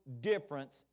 difference